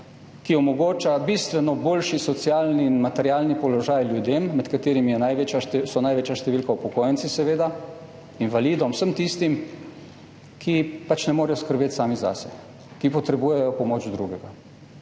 ki omogoča bistveno boljši socialni in materialni položaj ljudem, med katerimi so največja številka upokojenci, invalidom, vsem tistim, ki pač ne morejo skrbeti sami zase, ki potrebujejo pomoč drugega.